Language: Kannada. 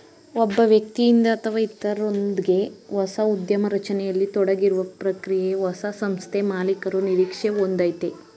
ಒಬ್ಬ ವ್ಯಕ್ತಿಯಿಂದ ಅಥವಾ ಇತ್ರರೊಂದ್ಗೆ ಹೊಸ ಉದ್ಯಮ ರಚನೆಯಲ್ಲಿ ತೊಡಗಿರುವ ಪ್ರಕ್ರಿಯೆ ಹೊಸ ಸಂಸ್ಥೆಮಾಲೀಕರು ನಿರೀಕ್ಷೆ ಒಂದಯೈತೆ